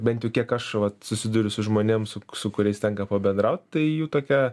bent jau kiek aš vat susiduriu su žmonėms su su kuriais tenka pabendraut tai jų tokia